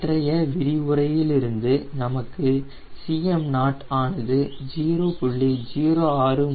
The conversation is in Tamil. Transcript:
நேற்றைய விரிவுரையில் இருந்து நமக்கு Cm0 ஆனது 0